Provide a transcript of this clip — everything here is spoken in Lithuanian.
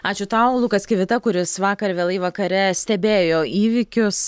ačiū tau lukas kivita kuris vakar vėlai vakare stebėjo įvykius